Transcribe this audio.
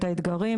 את האתגרים.